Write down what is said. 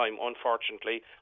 unfortunately